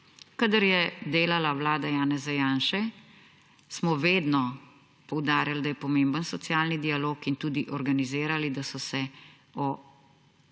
Kadar je delala vlada Janeza Janše, smo vedno poudarjali, da je pomemben socialni dialog, in tudi organizirali, da so se o